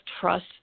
trust